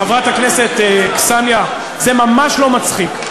חברת הכנסת קסניה, זה ממש לא מצחיק.